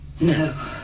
No